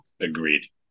Agreed